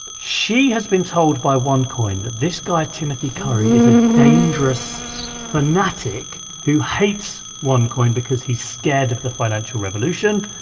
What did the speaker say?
she has been told by onecoin that this guy timothy curry is a dangerous fanatic who hates onecoin because he's scared of the financial revolution.